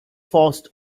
forced